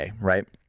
right